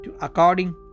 according